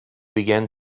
began